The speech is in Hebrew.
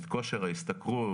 את כושר ההשתכרות,